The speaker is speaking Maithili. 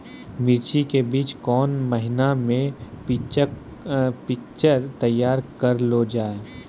मिर्ची के बीज कौन महीना मे पिक्चर तैयार करऽ लो जा?